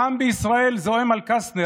העם בישראל זועם על קסטנר,